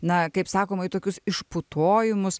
na kaip sakoma į tokius išputojimus